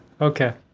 okay